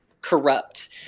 corrupt